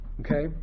Okay